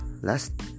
last